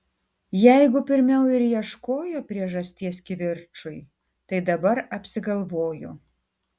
jeigu pirmiau ir ieškojo priežasties kivirčui tai dabar apsigalvojo